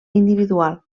individual